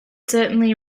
certainly